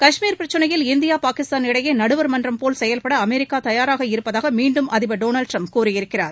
கஷ்மீர் பிரச்சினையில் இந்தியா பாகிஸ்தான் இடையே நடுவர்மன்றம் போல் செயல்பட அமெரிக்கா தயாராக இருப்பதாக மீண்டும் அதிபர் டொனால்ட் ட்ரம்ப் கூறியிருக்கிறார்